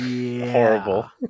horrible